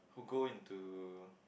who go into